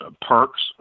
perks